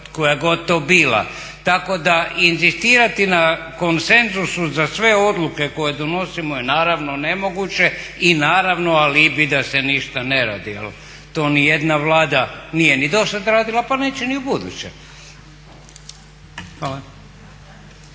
koja god to bila, tako da inzistirati na konsenzusu za sve odluke koje donosimo je naravno nemoguće i naravno alibi da se ništa ne radi jer to ni jedna Vlada nije ni do sad radila pa neće ni u buduće. Hvala.